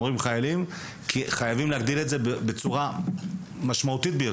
חייבים להגדיל את זה בצורה משמעותית.